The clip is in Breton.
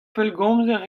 pellgomzer